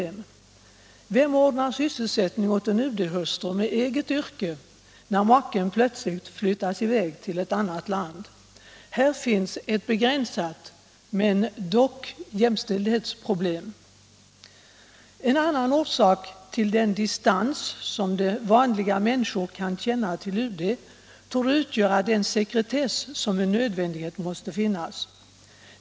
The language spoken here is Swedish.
bete m.m. Vem ordnar sysselsättning åt en diplomathustru med eget yrke när maken plötsligt flyttas i väg till ett annat land? Här finns ett begränsat men dock jämställdhetsproblem. En annan orsak till den distans som vanliga människor kan känna till UD torde vara den sekretess som med nödvändighet måste finnas.